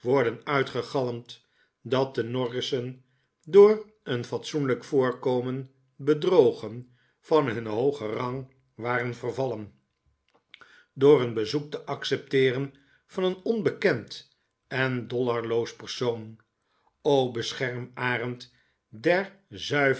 worden uitgegalmd dat de norrissen door een fatsoenlijk voorkomen bedrogen van hun hoogen rang waren vervallen door een bezoek te accepteeren van een onbekend en dollar loos persoon o bescherm arend der